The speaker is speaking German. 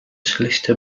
schlichte